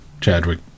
chadwick